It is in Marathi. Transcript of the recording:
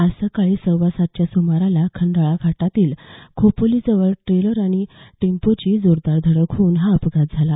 आज सकाळी सव्वा सात वाजेच्या सुमाराला खंडाळा घाटातील खोपोलीजवळ ट्रेलर आणि टेम्पोची जोरदार धडक होऊन हा अपघात झाला